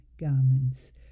garments